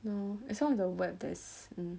no as long as the web there is